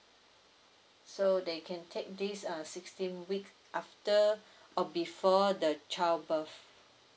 so they can take this uh sixteen weeks after or before the child birth